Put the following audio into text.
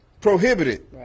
prohibited